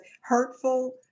hurtful